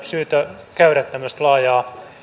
syytä käydä tämmöistä laajaa